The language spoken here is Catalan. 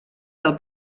del